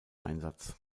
einsatz